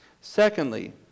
Secondly